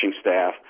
staff